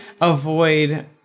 avoid